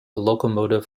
locomotive